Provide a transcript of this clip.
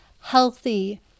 healthy